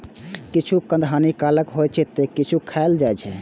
किछु कंद हानिकारक होइ छै, ते किछु खायल जाइ छै